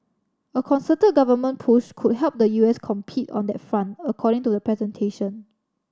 a concerted government push could help the U S compete on that front according to the presentation